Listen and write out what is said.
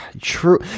true